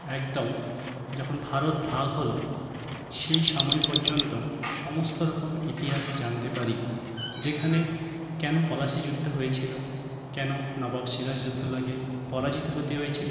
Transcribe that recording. একদম যখন ভারত ভাগ হল সেই সময় পর্যন্ত সমস্ত রকম ইতিহাস জানতে পারি যেখানে কেনো পলাশী যুদ্ধ হয়েছিলো কেনো নবাব সিরাজউদ্দৌলাকে পরাজিত হতে হয়েছিলো